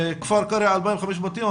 כפר קרע 45 בתים.